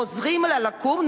עוזרים לה לקום,